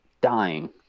dying